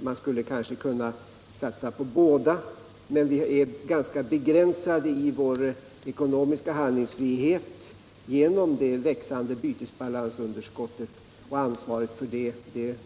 Man skulle kanske kunna satsa på båda sakerna, men vi är ganska begränsade i vår ekonomiska handlingsfrihet genom det växande bytesbalansunderskottet — och ansvaret för det